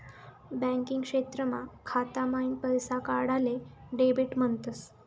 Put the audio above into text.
banking क्षेत्रमा खाता माईन पैसा काढाले डेबिट म्हणतस